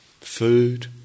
food